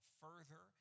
further